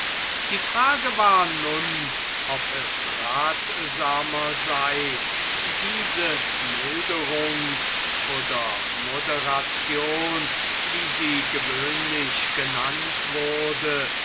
die frage war nun ob es rathsamer sei diese milderung oder moderation wie sie gewöhnlich genannt wurde